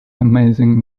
amazing